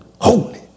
Holy